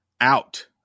out